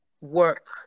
work